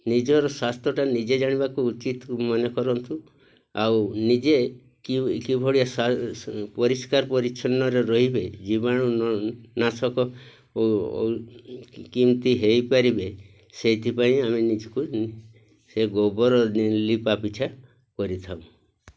ନିଜର ସ୍ୱାସ୍ଥ୍ୟଟା ନିଜେ ଜାଣିବାକୁ ଉଚିତ୍ ମନେ କରନ୍ତୁ ଆଉ ନିଜେ କି ଭଳିଆ ପରିଷ୍କାର ପରିଚ୍ଛନ୍ନରେ ରହିବେ ଜୀବାଣୁ ନାଶକ କେମିତି ହେଇପାରିବେ ସେଇଥିପାଇଁ ଆମେ ନିଜକୁ ସେ ଗୋବର ଲିପା ପିଛା କରିଥାଉ